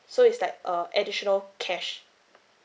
so it's like err additional cash